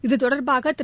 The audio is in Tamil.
இத்தொடர்பாக திரு